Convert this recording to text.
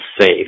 safe